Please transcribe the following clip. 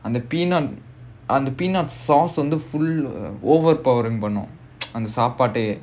அந்த:andha peanut அந்த:andha peanut sauce வந்து:vandhu overpowering பண்ணும்அந்த சாப்பாட்டையே:pannum andha saappaattayae